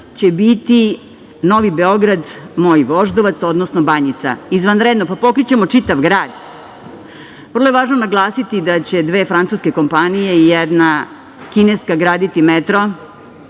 će biti Novi Beograd, moj Voždovac, odnosno Banjica. Izvanredno, pokrićemo čitav grad. Vrlo je važno naglasiti da će dve francuske kompanije i jedna kineska graditi metro